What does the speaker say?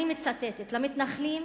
אני מצטטת: למתנחלים,